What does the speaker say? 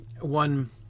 one